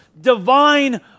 divine